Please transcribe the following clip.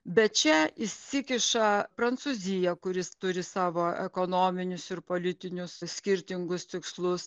bet čia įsikiša prancūzija kuris turi savo ekonominius ir politinius skirtingus tikslus